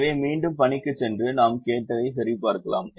எனவே மீண்டும் பணிக்குச் சென்று நாம் கேட்டதைச் சரிபார்க்கலாம்